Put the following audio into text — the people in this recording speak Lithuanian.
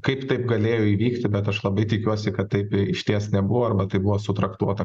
kaip taip galėjo įvykti bet aš labai tikiuosi kad taip išties nebuvo arba tai buvo su traktuota